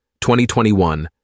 2021